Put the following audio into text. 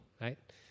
right